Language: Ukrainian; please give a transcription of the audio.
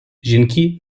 жінки